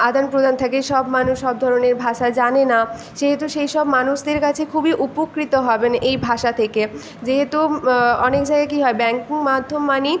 আদানপ্রদান থাকে সব মানুষ সব ধরনের ভাষা জানে না সেহেতু সেই সব মানুষদের কাছে খুবই উপকৃত হবেন এই ভাষা থেকে যেহেতু অনেক জায়গায় কী হয় ব্যাঙ্কিং মাধ্যম মানেই